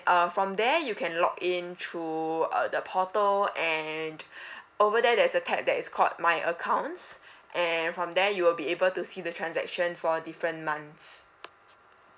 uh from there you can log in through uh the portal and over there there's a tab that is called my accounts and from there you will be able to see the transaction for different months